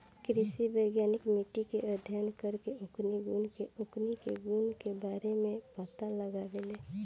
कृषि वैज्ञानिक मिट्टी के अध्ययन करके ओकरी गुण के बारे में पता लगावेलें